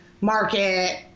market